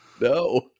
No